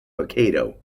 hokkaido